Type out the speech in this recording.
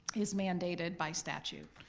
is mandated by statute.